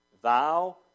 thou